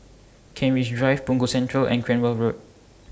Kent Ridge Drive Punggol Central and Cranwell Road